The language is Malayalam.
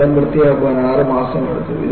സ്ഥലം വൃത്തിയാക്കാൻ ആറുമാസമെടുത്തു